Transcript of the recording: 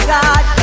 God